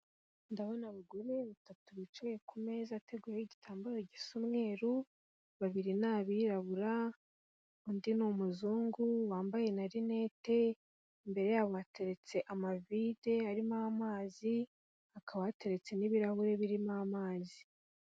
Ndabona abagore batatu bicaye ku meza ateguyeho igitambaro gisa umweru, babiri ni abirabura, undi ni umuzungu, wambaye na rinete, imbere yabo bateretse amavide arimo amazi, hakaba hateretse n'ibirahure birimo amazi.